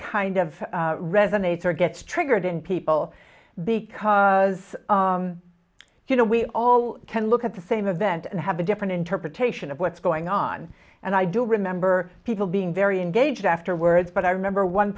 kind of resonates or gets triggered in people because you know we all can look at the same event and have a different interpretation of what's going on and i don't remember people being very engaged afterwards but i remember one